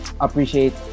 appreciate